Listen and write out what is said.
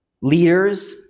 leaders